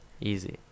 easy